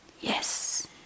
yes